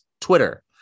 twitter